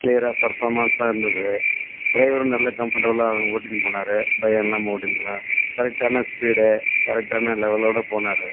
கிளியராக ஃபர்ஃபாமன்ஸ்சாக இருந்தது டிரைவரும் நல்ல கம்ஃபர்டெபிளா ஓட்டினு போனார் பயம் இல்லாமல் ஓட்டினு போனார் கரெக்ட்டான ஸ்பீடு கரெக்ட்டான லெவலோடு போனார்